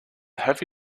have